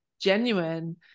genuine